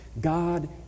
God